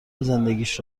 زندگیش